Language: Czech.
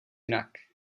jinak